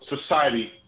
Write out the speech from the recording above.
society